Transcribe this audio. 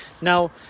Now